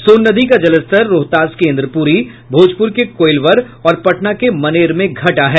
सोन नदी का जलस्तर रोहतास के इंद्रपुरी भोजपुर के कोईलवर और पटना के मनेर में घटा है